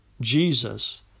Jesus